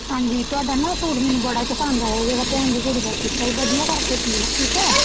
ਹਾਂਜੀ ਤੁਹਾਡਾ ਨਾ ਸੂਟ ਮੈਨੂੰ ਬੜਾ ਹੀ ਪਸੰਦ ਆਇਆ ਸੀ ਜਿਹੜਾ ਭੈਣ ਦੀ ਕੁੜੀ ਦਾ ਸੀਤਾ ਸੀ ਵਧੀਆ ਕਰਕੇ ਸੀਓ ਠੀਕ ਹੈ